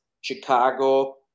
Chicago